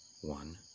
one